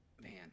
man